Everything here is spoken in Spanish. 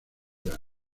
jazz